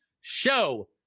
show